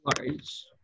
large